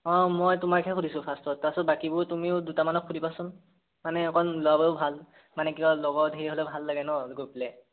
অঁ মই তোমাকহে সুধিছোঁ ফাৰ্ষ্টত তাৰপাছত বাকীবোৰ তুমিও দুটামানক সুধিবাচোন মানে অকণ লগ হ'লে ভাল মানে কি লগৰ ধেৰ হ'লে ভাল লাগে ন গৈ পেলাই